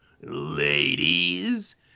Ladies